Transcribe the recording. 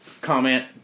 comment